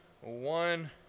One